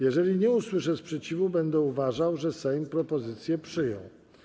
Jeżeli nie usłyszę sprzeciwu, będę uważał, że Sejm propozycję przyjął.